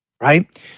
Right